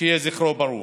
שיהיה זכרו ברוך.